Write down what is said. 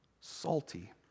salty